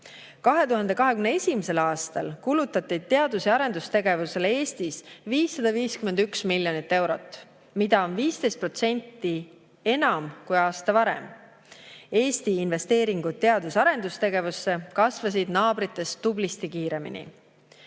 2021. aastal kulutati teadus- ja arendustegevusele Eestis 551 miljonit eurot, mida oli 15% enam kui aasta varem. Eesti investeeringud teadus- ja arendustegevusse kasvasid tublisti kiiremini